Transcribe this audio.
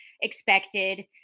expected